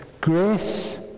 grace